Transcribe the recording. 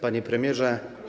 Panie Premierze!